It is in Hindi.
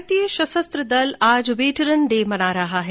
भारतीय सशस्त्र दल आज वेटरन डे मना रहा है